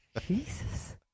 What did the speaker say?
Jesus